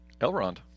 Elrond